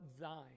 thine